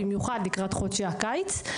במיוחד לקראת חודשי הקיץ.